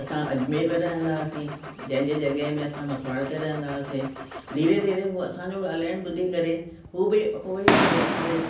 असां अजमेर में रहंदासीं जंहिंजे जॻहि में असां मसवार ते रहंदासीं धीरे धीरे उहो असांजो ॻाल्हाइणु ॿुधी करे उहो बि उअई उअई अख़र